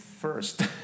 first